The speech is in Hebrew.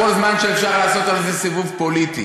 השבת שלך כל זמן שאפשר לעשות על זה סיבוב פוליטי.